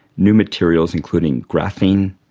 new materials including graphene,